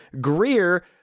Greer